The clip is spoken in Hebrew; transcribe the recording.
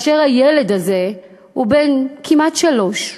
הילד הזה הוא כמעט בן שלוש.